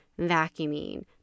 vacuuming